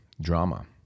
drama